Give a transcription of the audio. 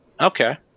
Okay